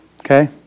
okay